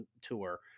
tour